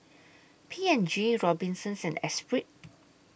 P and G Robinsons and Esprit